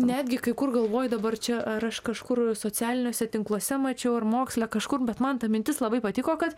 netgi kai kur galvoju dabar čia ar aš kažkur socialiniuose tinkluose mačiau ar moksle kažkur bet man ta mintis labai patiko kad